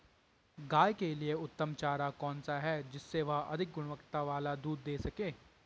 गाय के लिए उत्तम चारा कौन सा है जिससे वह अधिक गुणवत्ता वाला दूध दें सके?